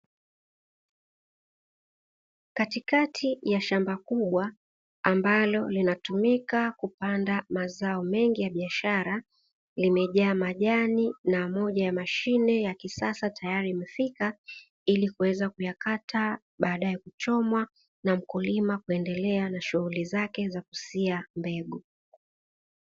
Katikakati ya shamba kubwa ambalo linatumika kupanda mazao mengi ya biashara, limejaa majani, na moja ya mashine za kisasa tayari imefika ili kuweza kuyakata, baadaye kuchomwa na mkulima kuendelea na shughuli zake za kusea mbegu.